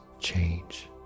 change